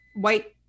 white